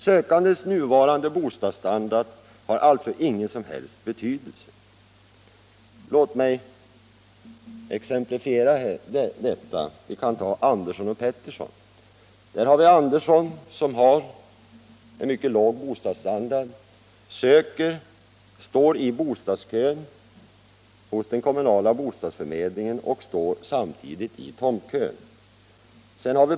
Sökandens nuvarande bostadsstandard har alltså ingen som helst betydelse. Låt mig exemplifiera detta. Vi kan ta Andersson och Pettersson. Andersson, som har en mycket låg bostadsstandard, står i bostadskön hos den kommunala bostadsförmedlingen och står samtidigt i tomtkön.